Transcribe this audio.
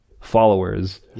followers